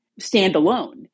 standalone